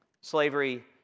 Slavery